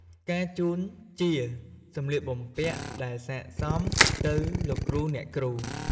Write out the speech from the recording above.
ការជូនជាសម្លៀកបំពាក់ដែលសិក្កសមទៅលោកគ្រូអ្នកគ្រូ។